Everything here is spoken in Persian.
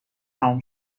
تموم